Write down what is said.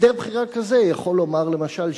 הסדר בחירה כזה יכול לומר, למשל,